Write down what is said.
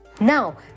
Now